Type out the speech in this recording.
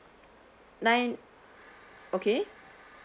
nine okay